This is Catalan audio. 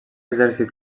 exèrcit